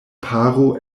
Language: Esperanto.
paro